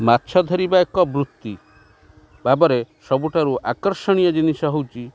ମାଛ ଧରିବା ଏକ ବୃତ୍ତି ଭାବରେ ସବୁଠାରୁ ଆକର୍ଷଣୀୟ ଜିନିଷ ହେଉଛି